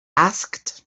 asked